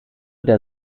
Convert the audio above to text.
der